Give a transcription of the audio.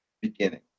beginning